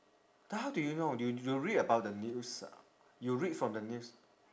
then how do you know you you read about the news ah you read from the news